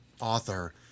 author